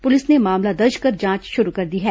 police ने मामला दर्ज कर जांच शुरू कर दी है